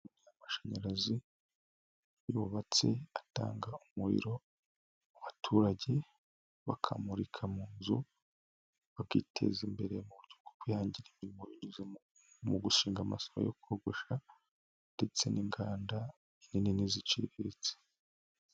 Amashanyarazi yubatse atanga umuriro, abaturage bakamurika mu nzu bakiteza imbere muburyp bwo kwihangira imirimo binyuze mu gushinga amasaroo yo kogosha ndetse n'inganda nini n'iziciriritse.